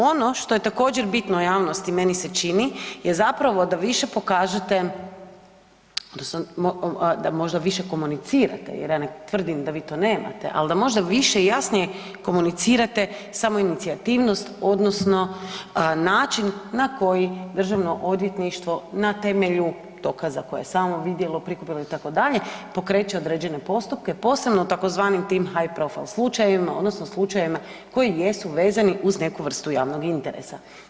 Ono što je također bitno javnosti meni se čini je zapravo da više pokažete odnosno da možda više komunicirate jer ja ne tvrdim da vi to nemate, ali da možda više i jasnije komunicirate samoinicijativnost odnosno način na koji Državno odvjetništvo na temelju dokaza koje je samo vidjelo, prikupilo itd., pokreće određene postupke posebno u tzv. tim …/nerazumljivo/… slučajevi odnosno slučajevima koji jesu vezani uz neku vrstu javnog interesa.